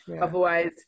Otherwise